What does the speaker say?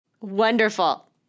Wonderful